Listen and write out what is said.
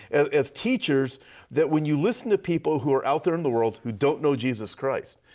as teachers that when you listen to people who are out there in the world who don't know jesus christ,